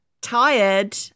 tired